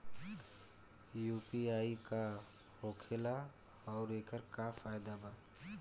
UPI का होखेला आउर एकर का फायदा बा?